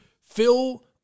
Phil